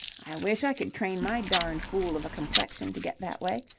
i wish i could train my darned fool of a complexion to get that way.